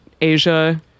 Asia